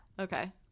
Okay